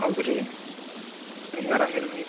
ಹೌದು ರೀ ನಿಮ್ಗೆ ಅರಾಮ ಇಲ್ಲ